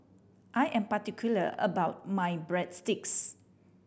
I am particular about my Breadsticks